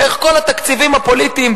ואיך כל התקציבים הפוליטיים,